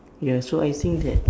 ya so I think that